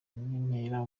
n’intera